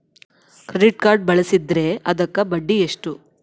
Credit card ಬಳಸಿದ್ರೇ ಅದಕ್ಕ ಬಡ್ಡಿ ಎಷ್ಟು?